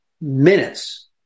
minutes